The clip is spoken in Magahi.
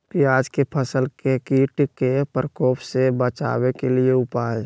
प्याज के फसल के कीट के प्रकोप से बचावे के उपाय?